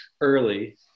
early